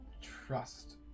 trust